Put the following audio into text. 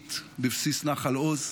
המיגונית בבסיס נחל עוז.